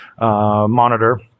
monitor